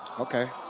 okay.